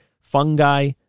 fungi